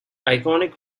iconic